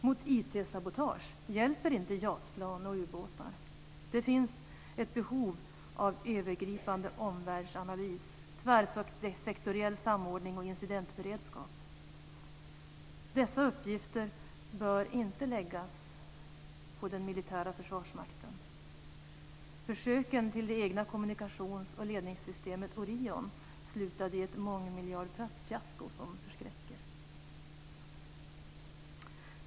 Mot IT-sabotage hjälper inte JAS-plan och ubåtar. Det finns ett behov av en övergripande omvärldsanalys, tvärsektoriell samordning och incidentberedskap. Dessa uppgifter bör inte läggas på den militära försvarsmakten. Försöken till det egna kommunikations och ledningsystemet Orion slutade i ett mångmiljardfiasko, som förskräcker.